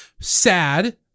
sad